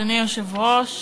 אדוני היושב-ראש,